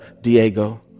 Diego